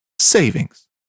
savings